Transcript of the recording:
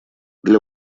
для